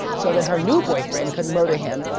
so that her new boyfriend could murder him,